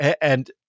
And-